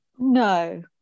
No